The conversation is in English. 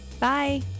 Bye